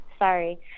sorry